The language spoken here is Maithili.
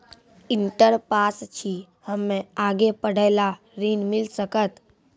इंटर पास छी हम्मे आगे पढ़े ला ऋण मिल सकत?